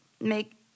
make